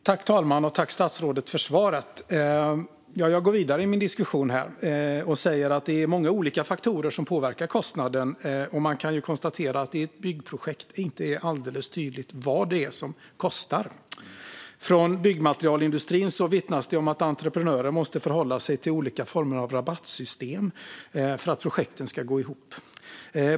Fru talman! Tack, statsrådet, för svaret! Jag går vidare i min diskussion här och säger att det är många olika faktorer som påverkar kostnaden, och man kan konstatera att det i ett byggprojekt inte är alldeles tydligt vad det är som kostar. Från byggmaterialindustrin vittnas det om att entreprenörer måste förhålla sig till olika former av rabattsystem för att projekten ska gå ihop.